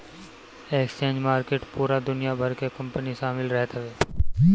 exchange market पूरा दुनिया भर के कंपनी शामिल रहत हवे